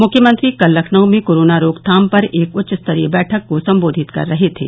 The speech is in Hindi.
मुख्यमंत्री कल लखनऊ में कोरोना रोकथाम पर एक उच्चस्तरीय बैठक को सम्बोधित कर रहे थे